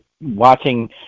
watching